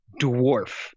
dwarf